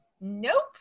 nope